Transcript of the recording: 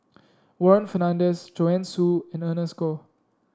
Warren Fernandez Joanne Soo and Ernest Goh